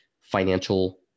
financial